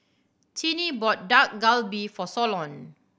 Tinnie bought Dak Galbi for Solon